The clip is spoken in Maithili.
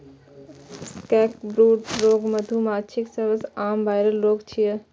सैकब्रूड रोग मधुमाछीक सबसं आम वायरल रोग छियै